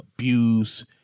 abuse